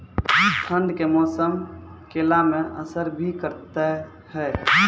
ठंड के मौसम केला मैं असर भी करते हैं?